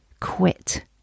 quit